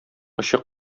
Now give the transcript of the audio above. очы